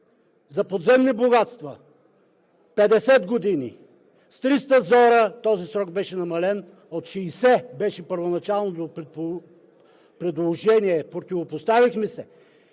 за подземни богатства, 50 години. С триста зора този срок беше намален от 60 – беше първоначалното предложение, противопоставихме се,